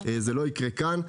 זה לא יקרה כאן.